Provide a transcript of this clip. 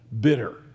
bitter